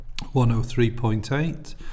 103.8